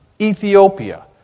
Ethiopia